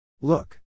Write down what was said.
look